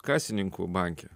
kasininku banke